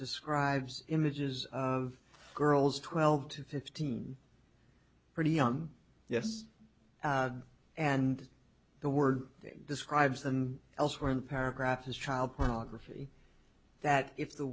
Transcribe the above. describes images of girls twelve to fifteen pretty young yes and the word describes them elsewhere in the paragraph is child pornography that if the